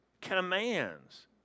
Commands